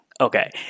Okay